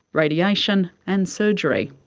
radiation and surgery.